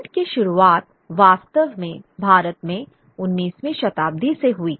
print की शुरुआत वास्तव में भारत में 19वीं शताब्दी से हुई